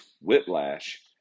Whiplash